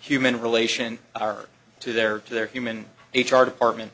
human relation to their to their human h r department